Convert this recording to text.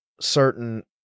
certain